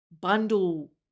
bundle